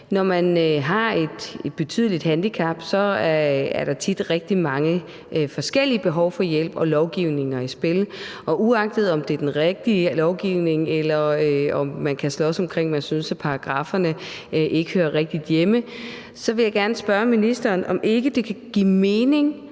Når man har et betydeligt handicap, er der tit rigtig mange forskellige behov for hjælp og lovgivninger i spil. Og uagtet om det er den rigtige lovgivning eller om man kan slås om, om man synes, at paragrafferne ikke hører rigtigt hjemme, så vil jeg gerne spørge ministeren, om ikke det kan give mening